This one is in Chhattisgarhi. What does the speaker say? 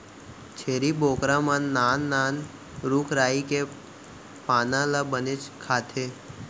छेरी बोकरा मन नान नान रूख राई के पाना ल बनेच खाथें